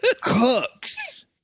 cooks